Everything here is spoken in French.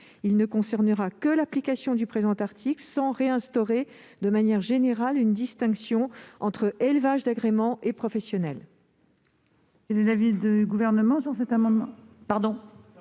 Il ne concernera que l'application du présent article, sans réinstaurer, de manière générale, une distinction entre élevage d'agrément et élevage professionnel.